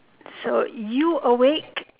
so you awake